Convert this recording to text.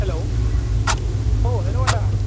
hello अ hello आदा